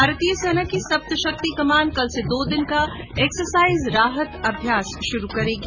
भारतीय सेना की सप्तशक्ति कमान कल से दो दिन का एक्सरसाइज राहत अभ्यास शुरू करेगी